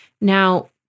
Now